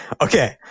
Okay